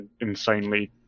insanely